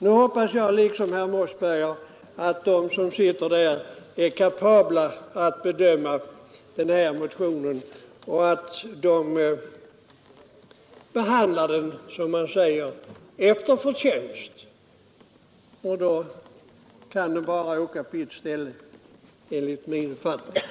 Nu hoppas jag precis som herr Mossberger att de som sitter i utredningen är kapabla att bedöma den här motionen och att de behandlar den, som man säger, efter förtjänst. Då kan den bara hamna på ett ställe, enligt min uppfattning.